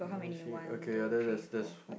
let me see okay uh there there's there's